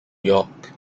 york